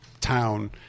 town